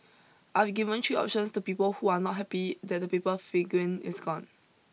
I've given three options to people who are not happy that the paper figurine is gone